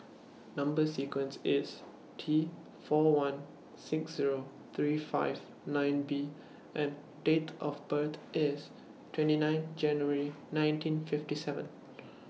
Number sequence IS T four one six Zero three five nine B and Date of birth IS twenty nine January nineteen fifty seven